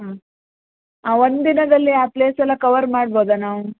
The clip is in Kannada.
ಹಾಂ ಒಂದಿನದಲ್ಲಿ ಆ ಪ್ಲೇಸ್ ಎಲ್ಲ ಕವರ್ ಮಾಡ್ಬೋದಾ ನಾವು